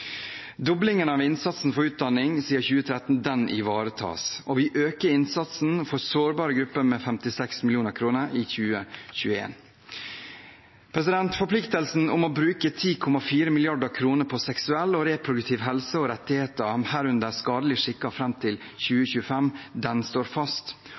av innsatsen for utdanning siden 2013 ivaretas. Vi øker innsatsen for sårbare grupper med 56 mill. kr i 2021. Forpliktelsen om å bruke 10,4 mrd. kr på seksuell og reproduktiv helse og rettigheter – herunder skadelige skikker – fram til 2025, står fast.